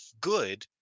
good